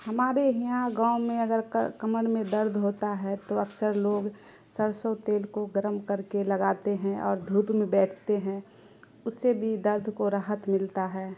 ہمارے ہیاں گاؤں میں اگر کمر میں درد ہوتا ہے تو اکثر لوگ سرسوں تیل کو گرم کر کے لگاتے ہیں اور دھوپ میں بیٹھتے ہیں اس سے بھی درد کو راحت ملتا ہے